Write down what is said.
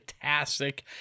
fantastic